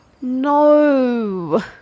No